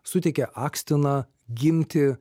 suteikė akstiną gimti